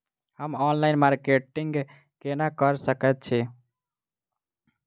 हम online marketing केना कऽ सकैत छी?